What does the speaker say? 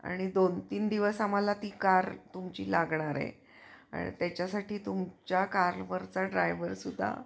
आणि दोन तीन दिवस आम्हाला ती कार तुमची लागणार आहे त्याच्यासाठी तुमच्या कारवरचा ड्रायव्हर सुद्धा